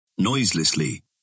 Noiselessly